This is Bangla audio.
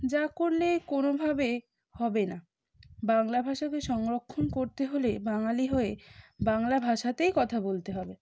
যা করলে কোনোভাবে হবে না বাংলা ভাষাকে সংরক্ষণ করতে হলে বাঙালি হয়ে বাংলা ভাষাতেই কথা বলতে হবে